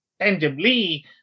tangibly